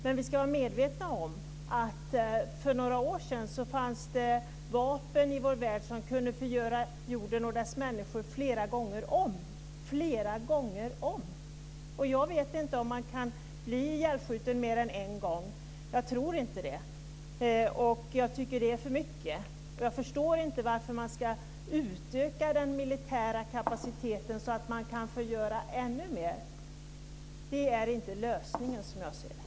Men vi ska vara medvetna om att det för några år sedan fanns vapen i vår värld som kunde förgöra jorden och dess människor flera gånger om - flera gånger om! Jag vet inte om man kan bli ihjälskjuten mer än en gång - jag tror inte det. Jag tycker att det är för mycket. Jag förstår inte varför man ska utöka den militära kapaciteten så att man kan förgöra ännu mer. Det är inte lösningen, som jag ser det.